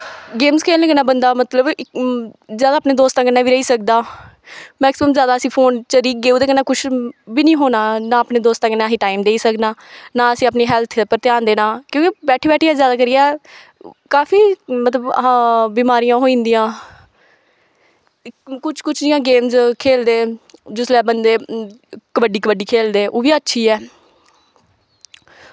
games खेलनै कन्नै बंदा मतलव इक जादै अपने दोस्तें कन्नै बी रेही सकदा मैकसिमम जादा अस फोन च चली गेदे ओह्दे कन्नै कुछ बी नी होना अपने दोस्तें कन्नै असें टाईम देई सकना ना असें अपनी हैल्थ दे उप्पर ध्यान देना क्योंकि बैठी बैठियै जादा करियै काफी मतलव बिमारियां होई जंदियां कुछ कुछ जियां गेम खेलदे जिसलै बंदे कबड्डी कबड्डी खेलदे ओह् बी अच्छी ऐ